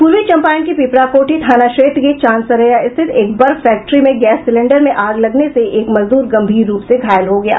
पूर्वी चंपारण के पीपराकोठी थाना क्षेत्र के चाँदसरैया स्थित एक बर्फ फैक्ट्री में गैस सिलेंडर में आग लगने से एक मजदूर गंभीर रूप से घायल हो गये